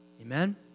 Amen